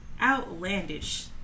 outlandish